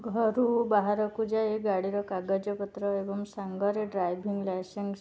ଘରୁ ବାହାରକୁ ଯାଇ ଗାଡ଼ିର କାଗଜପତ୍ର ଏବଂ ସାଙ୍ଗରେ ଡ୍ରାଇଭିଂ ଲାଇସେନ୍ସ